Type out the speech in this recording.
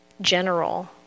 general